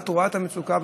את רואה את המצוקה,